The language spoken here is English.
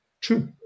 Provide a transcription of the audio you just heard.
True